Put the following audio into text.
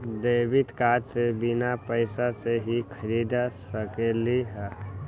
Credit card से बिना पैसे के ही खरीद सकली ह?